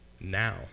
now